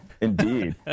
Indeed